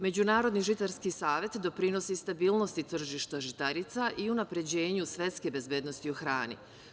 Međunarodni žitarski savet, doprinosi stabilnosti tržišta žitarica i unapređenju svetske bezbednosti u hrani.